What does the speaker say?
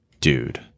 Dude